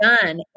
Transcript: done